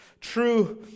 true